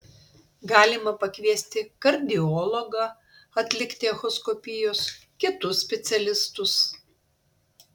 galima pakviesti kardiologą atlikti echoskopijos kitus specialistus